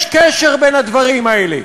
יש קשר בין הדברים האלה,